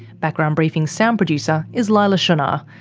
background briefing's sound producer is leila shunnar.